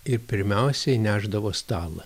ir pirmiausia įnešdavo stalą